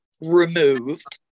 removed